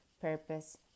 purpose